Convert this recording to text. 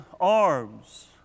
arms